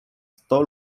sto